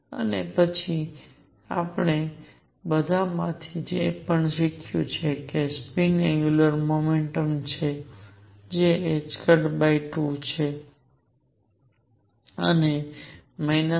અને પછી આપણે બધા માંથી એ પણ શીખ્યું છે કે સ્પિન એંગ્યુલર મોમેન્ટ છે જે 2 અને 2